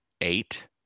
eight